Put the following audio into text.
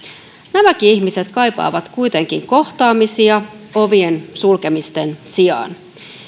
nämäkin ihmiset kaipaavat kuitenkin kohtaamisia ovien sulkemisten sijaan